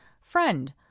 Friend